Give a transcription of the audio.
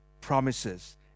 promises